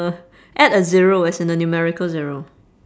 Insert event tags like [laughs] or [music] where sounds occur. [laughs] add a zero as in a numerical zero